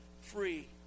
free